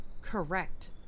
Correct